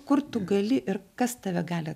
kur tu gali ir kas tave gali